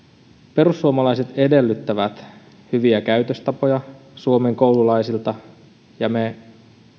perussuomalaiset edellyttävät hyviä käytöstapoja suomen koululaisilta ja me